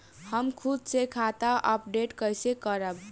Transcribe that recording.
हम खुद से खाता अपडेट कइसे करब?